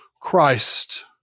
Christ